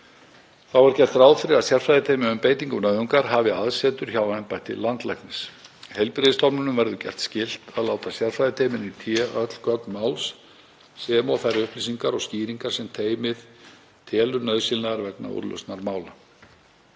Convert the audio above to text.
Þá er gert ráð fyrir að sérfræðiteymi um beitingu nauðungar hafi aðsetur hjá embætti landlæknis. Heilbrigðisstofnunum verði gert skylt að láta sérfræðiteyminu í té öll gögn máls, sem og þær upplýsingar og skýringar sem teymið telur nauðsynlegar vegna úrlausnar mála.